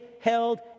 held